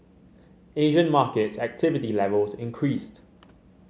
Asian markets activity levels increased